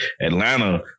Atlanta